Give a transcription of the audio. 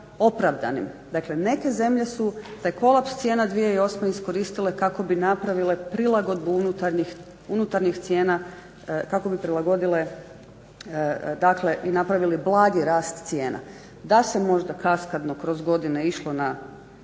opravdanim. Dakle neke zemlje su taj kolaps cijena 2008.iskoristile kako bi napravile prilagodbu unutarnjih cijena kako bi prilagodile i blagi napravili blagi rast cijena. Da se možda kaskadno kroz godine išlo na